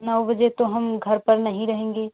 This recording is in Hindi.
नौ बजे तो हम घर पर नहीं रहेंगे